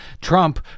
Trump